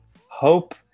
hope